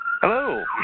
Hello